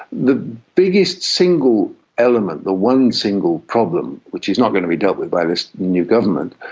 the biggest single element, the one single problem which is not going to be dealt with by this new government,